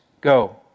go